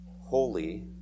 holy